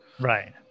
right